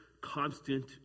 constant